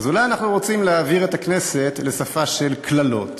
אז אולי אנחנו רוצים להעביר את הכנסת לשפה של קללות,